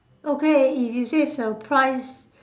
okay if you say surprise